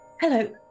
hello